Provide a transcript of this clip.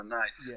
nice